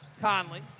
Conley